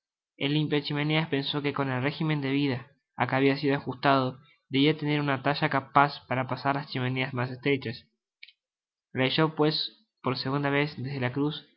el limpia chimineas pensó que con el régimen de vida á que habia sido ajustado debia tener una talla capaz para pasar las chimeneas mas estrechas releyó pues por segunda vez desde la cruz